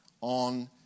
on